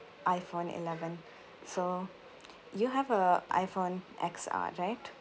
iphone eleven so you have a iphone X_R right